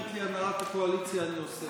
שאומרת לי הנהלת הקואליציה אני עושה.